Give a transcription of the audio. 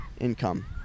income